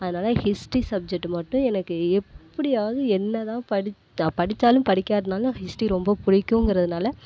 அதனால history subject மட்டும் எனக்கு எப்படியாவுது என்ன தான் படிச் படிச்சாலும் படிக்காட்டினாலும் நான் ஹிஸ்ட்ரி ரொம்ப பிடிக்குங்குறதுனால